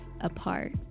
apart